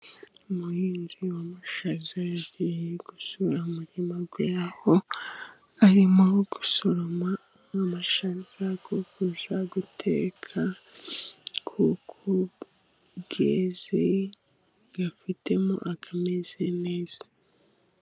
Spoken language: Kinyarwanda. Umuhinzi w'amashaza yagiye gusura umurima we， aho arimo gusoroma amashaza yo kuza guteka， kuko yeze afitemo ameze neza.